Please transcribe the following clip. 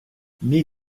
мій